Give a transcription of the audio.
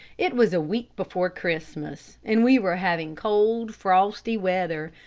it was a week before christmas, and we were having cold, frosty weather.